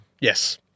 Yes